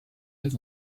très